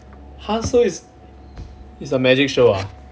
!huh! so it's it's a magic show ah